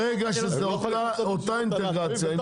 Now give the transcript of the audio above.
הלכתי איתכם שהם לא יכולים לרכוש מאינטגרציה אחרת.